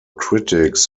critics